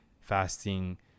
fasting